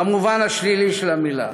במובן השלילי של המילה.